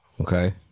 Okay